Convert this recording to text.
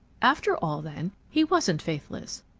after all, then, he wasn't faithless.